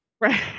Right